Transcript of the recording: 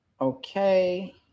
Okay